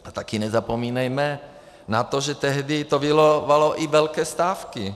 A taky nezapomínejme na to, že tehdy to vyvolalo i velké stávky.